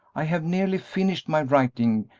i have nearly finished my writing,